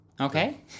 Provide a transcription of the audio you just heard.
okay